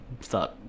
start